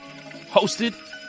hosted